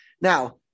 Now